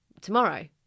tomorrow